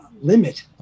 limit